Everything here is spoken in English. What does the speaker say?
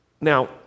Now